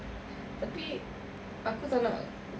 tapi aku tak nak